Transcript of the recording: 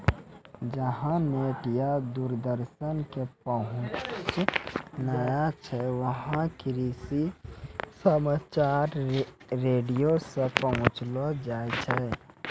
जहां नेट या दूरदर्शन के पहुंच नाय छै वहां कृषि समाचार रेडियो सॅ पहुंचैलो जाय छै